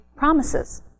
promises